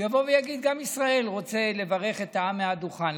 יבואו ויגידו: גם ישראל רוצה לברך את העם מהדוכן,